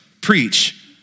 preach